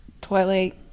twilight